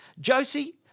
Josie